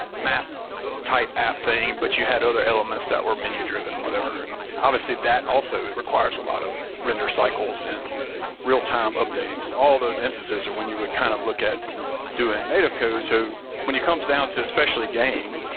map type app thing, but you had other elements that were menu-driven and whatever obviously, that also it requires a lot of render cycles and real-time updating, so all those instances are when you would kind of look at doing native codes. so when it comes down to especially game,